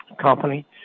company